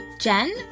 Jen